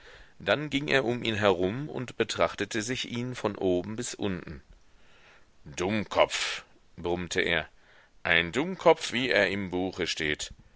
dann ging er um ihn herum und betrachtete sich ihn von oben bis unten dummkopf brummte er ein dummkopf wie er im buche steht